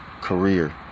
career